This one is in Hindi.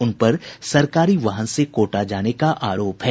उन पर सरकारी वाहन से कोटा जाने का आरोप है